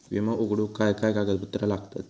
विमो उघडूक काय काय कागदपत्र लागतत?